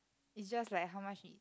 is just like how much it